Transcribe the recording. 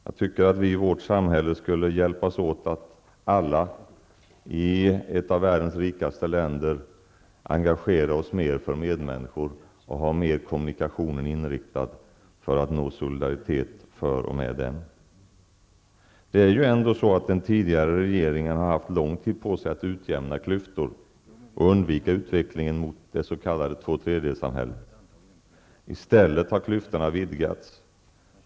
Jag tycker att vi alla i vårt samhälle, i ett av världens rikaste länder, skulle hjälpas åt och engagera oss mer för medmänniskor och ha kommunikationen inriktad på nå att ha solidaritet med dem. Den tidigare regeringen har haft lång tid på sig att utjämna klyftor och undvika utvecklingen mot det s.k. tvåtredjedelssamhället. I stället har klyftorna vidgats.